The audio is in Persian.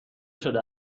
شده